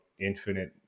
infinite